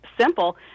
simple